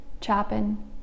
Chapin